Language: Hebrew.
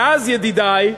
ואז, ידידי,